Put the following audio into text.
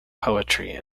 poetry